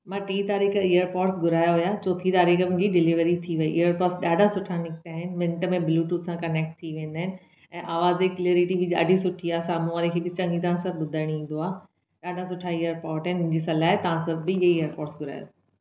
मां टीं तारीख़ इयरपॉड्स घुराया हुया चौथीं तारीख़ मुंहिंजी डिलीवरी थी वई इयरपॉड्स ॾाढा सुठा निकिता आहिनि मिंट में ब्लूटूथ सां कनेक्ट थी वेंदा आहिनि ऐं आवाज़ जी क्लैरिटी बि ॾाढी सुठी आहे साम्हूं वारे खे बि चङी तरह सभु ॿुधणु ईंदो आहे ॾाढा सुठा इयरपॉड आहिनि मुंहिंजी सलाह आहे तव्हां सभु बि हीअ ई इयरपॉड घुरायो